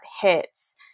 hits